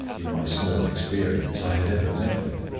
in my small experience, i had ever met with.